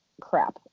crap